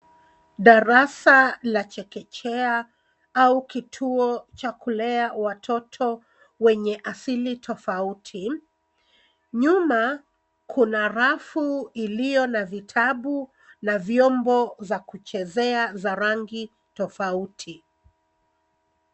Darasa la chekechea au kituo cha kulea watoto wenye asili tofauti. Nyuma kuna rafu iliyo na vitabu na vyombo za kuchezea za rangi tofauti.